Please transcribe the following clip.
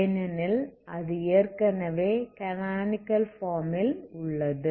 ஏனெனில் அது ஏற்கனவே கானானிகல் ஃபார்ம் ல் உள்ளது